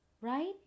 right